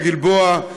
הגלבוע,